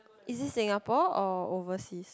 is it Singapore or overseas